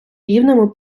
рівними